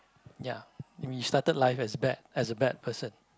ya you mean you started life as bad as a bad person